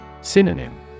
Synonym